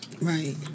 Right